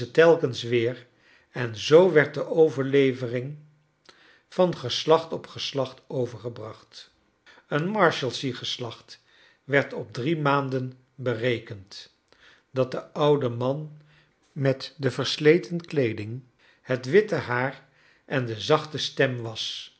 telkens weer en zoo werd de overlevering van geslacht op geslacht overgebracht een marshalsea geslacht werd op drie maanden berekend dat de oude man met de versleten kleeding het witte haar en de zachte stem was